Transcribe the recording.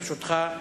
ברשותך,